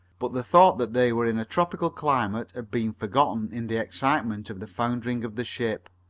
but the thought that they were in a tropical climate had been forgotten in the excitement of the foundering of the ship.